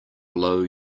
blow